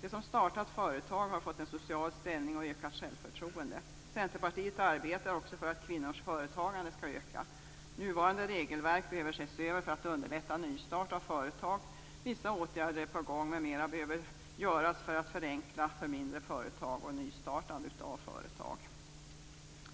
De som startat företag har fått en social ställning och ökat självförtroende. Centerpartiet arbetar också för att kvinnors företagande skall öka. Nuvarande regelverk behöver ses över för att underlätta nystartande av företag. Vissa åtgärder är på gång, men mer behöver göras för att förenkla för mindre företag och för nystartande av företag.